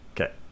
Okay